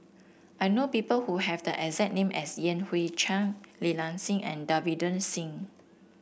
I know people who have the exact name as Yan Hui Chang Li Nanxing and Davinder Singh